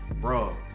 Bro